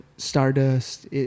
Stardust